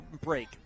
break